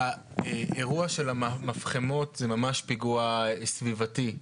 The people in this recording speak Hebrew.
האירוע של המפחמות זה ממש פיגוע סביבתי.